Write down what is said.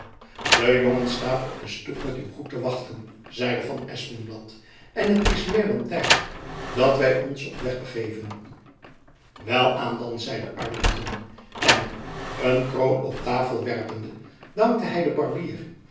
de jongen staat op stoep met uw goed te wachten zeide van espenblad en het is meer dan tijd dat wy ons op weg begeven welaan dan zeide arlington en een kroon op tafel werpende dankte hy den barbier